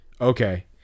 Okay